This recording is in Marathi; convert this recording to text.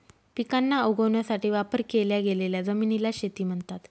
पिकांना उगवण्यासाठी वापर केल्या गेलेल्या जमिनीला शेती म्हणतात